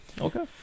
Okay